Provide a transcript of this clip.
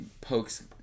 pokes